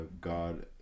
God